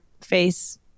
face